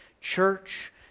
Church